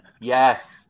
Yes